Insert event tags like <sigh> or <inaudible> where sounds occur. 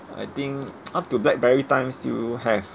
I think <noise> up to blackberry time still have